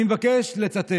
אני מבקש לצטט: